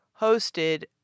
hosted